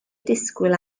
disgwyl